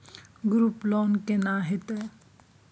Group loan केना होतै?